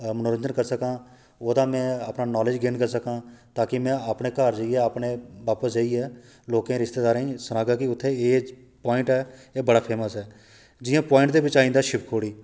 अपना मनोरजन करी सकां ओह्दा में अपना नालेज गेन करी सकां ताकि में अपने घार जाइयै अपने बापस जाइयै लोकें गी रिस्तेदारें गी सनाह्गा कि उत्थे एह् पाइंट ऐ ते बड़ा फेमस ऐ जियां पाइंट दे बिच्च आई जंदा शिवखोड़ी